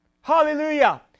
Hallelujah